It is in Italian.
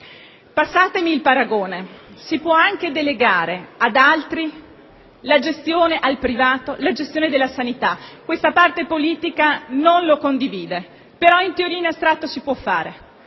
Passatemi il paragone: si può anche delegare ad altri, al privato, la gestione della sanità - questa parte politica non lo condivide, però in teoria e in astratto si può fare